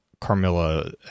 Carmilla